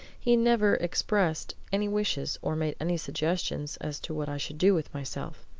he never expressed any wishes, or made any suggestions, as to what i should do with myself.